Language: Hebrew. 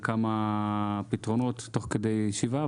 לכמה פתרונות תוך כדי ישיבה.